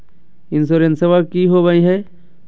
इंसोरेंसबा की होंबई हय?